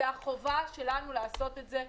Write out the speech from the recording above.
זו החובה שלנו לעשות את זה.